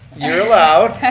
you're allowed.